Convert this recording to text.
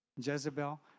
Jezebel